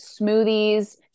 Smoothies